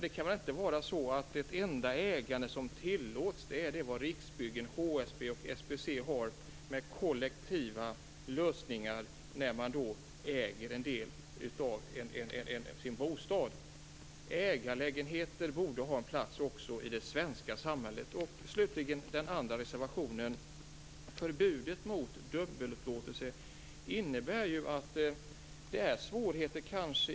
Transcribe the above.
Det kan väl inte vara så att det enda ägande som tillåts är det som Riksbyggen, HSB och SBC har, med kollektiva lösningar och där man äger en del av sin bostad. Ägarlägenheter borde ha en plats också i det svenska samhället. Vår andra reservation rör alltså förbudet mot dubbelupplåtelse.